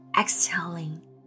exhaling